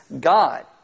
God